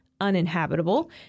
uninhabitable